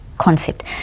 concept